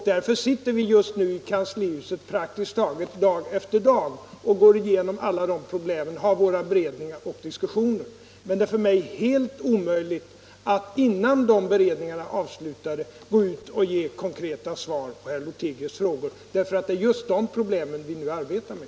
Därför sitter vi just nu praktiskt taget dag efter dag i kanslihuset och går igenom alla de problemen, håller våra beredningar och har våra diskussioner. Men det är för mig helt omöjligt att innan de beredningarna är avslutade ge några konkreta svar på herr Lothigius frågor, eftersom det är just dessa problem vi nu arbetar med.